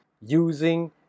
using